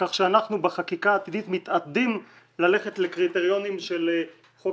כך שאנחנו בחקיקה עתידית מתעתדים ללכת לקריטריונים של חוק